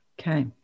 Okay